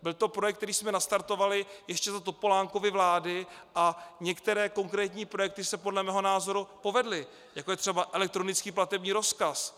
Byl to projekt, který jsme nastartovali ještě za Topolánkovy vlády, a některé konkrétní projekty se podle mého názoru povedly, jako je třeba elektronický platební rozkaz.